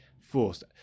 Forced